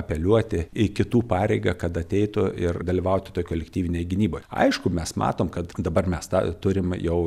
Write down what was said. apeliuoti į kitų pareigą kad ateitų ir dalyvauti toj kolektyvinėj gynyboj aišku mes matom kad dabar mes tą turim jau